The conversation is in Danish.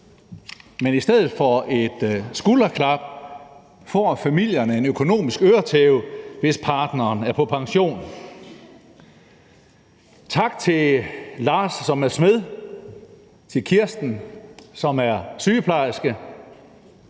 men i stedet for et skulderklap får familierne en økonomisk øretæve, hvis partneren er på pension. Tak til Lars, som er smed, til Kirsten, som er sygeplejerske,